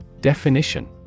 Definition